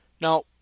Now